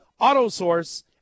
Autosource